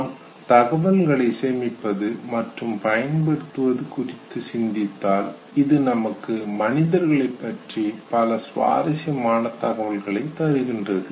நாம் தகவல்களை சேமிப்பது மற்றும் பயன்படுத்துவது குறித்து சிந்தித்தால் அது நமக்கு மனிதர்களைப் பற்றி பல சுவாரசியமான தகவல்களை தருகின்றது